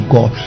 God